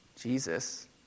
Jesus